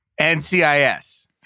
NCIS